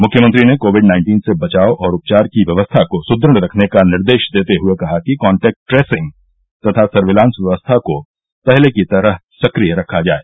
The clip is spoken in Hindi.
मुख्यमंत्री ने कोविड नाइन्टीन से बचाव और उपचार की व्यवस्था को सुद्गढ़ रखने का निर्देश देते हये कहा कि कांटैक्ट ट्रेसिंग तथा सर्विलांस व्यवस्था को पहले की तरह सक्रिय रखा जाए